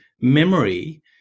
memory